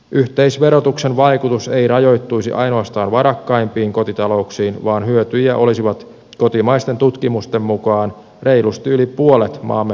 yhteisverotuksen vaikutus ei rajoittuisi ainoastaan varakkaimpiin kotitalouksiin vaan hyötyjiä olisivat kotimaisten tutkimusten mukaan reilusti yli puolet maamme perheistä